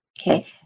okay